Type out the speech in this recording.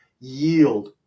yield